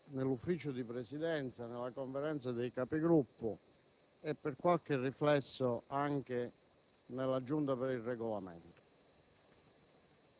nel Consiglio di Presidenza, nella Conferenza dei Capigruppo e per qualche riflesso anche nella Giunta per il Regolamento.